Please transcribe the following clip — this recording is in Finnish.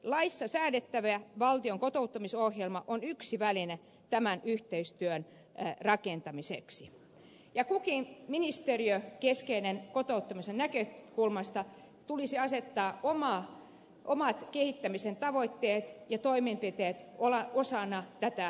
laissa säädettävä valtion kotouttamisohjelma on yksi väline tämän yhteistyön rakentamiseksi ja kunkin kotouttamisen näkökulmasta keskeisen ministeriön tulisi asettaa omat kehittämisen tavoitteet ja toimenpiteet osana tätä suunnitelmaa